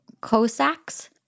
Cossacks